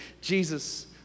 Jesus